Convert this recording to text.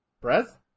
breath